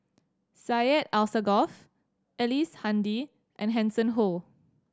Syed Alsagoff Ellice Handy and Hanson Ho